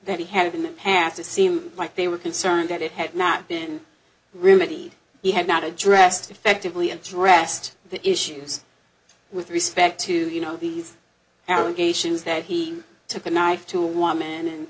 that he had in the past to seem like they were concerned that it had not been women he had not addressed effectively addressed the issues with respect to you know these allegations that he took a knife to one man and